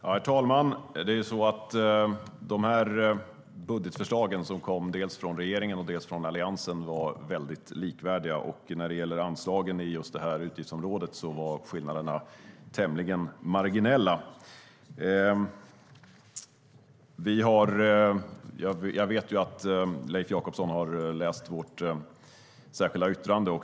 Herr talman! De budgetförslag som kom från regeringen och Alliansen var likvärdiga. När det gäller anslagen på just detta utgiftsområde var skillnaderna tämligen marginella. Jag vet att Leif Jakobsson har läst vårt särskilda yttrande.